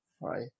right